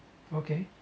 okay